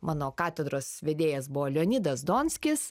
mano katedros vedėjas buvo leonidas donskis